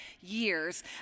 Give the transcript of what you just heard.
years